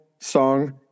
song